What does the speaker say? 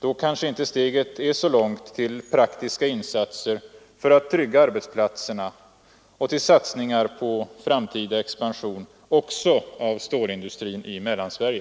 Då kan inte steget vara långt till praktiska insatser för att trygga arbetsplatserna och till satsningar på framtida expansion också av stålindustrin i Mellansverige.